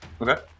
okay